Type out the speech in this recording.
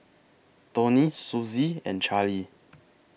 Toni Sussie and Charlee